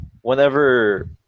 whenever